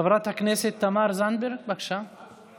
חברת הכנסת תמר זנדברג, בבקשה.